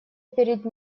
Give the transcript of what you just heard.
перед